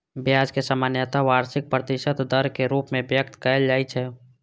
ब्याज कें सामान्यतः वार्षिक प्रतिशत दर के रूप मे व्यक्त कैल जाइ छै